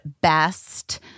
BEST